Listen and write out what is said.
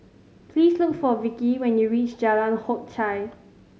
please look for Vickie when you reach Jalan Hock Chye